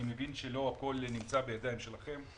אני מבין שלא הכול נמצא בידיים שלכם.